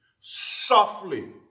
softly